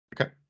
Okay